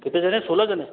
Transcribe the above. कितने जने सोलह जने